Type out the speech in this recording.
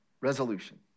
resolution